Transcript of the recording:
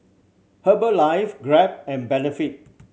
Herbalife Grab and Benefit